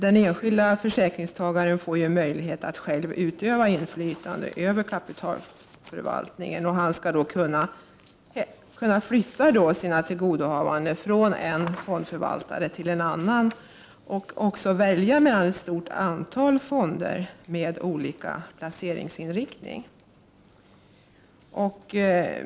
Den enskilde försäkringstagaren får möjlighet att själv utöva inflytande över kapitalförvaltningen och skall kunna flytta sina tillgodohavanden från en fondförvaltare till en annan och även välja mellan ett stort antal fonder med olika placeringsinriktning.